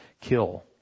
Kill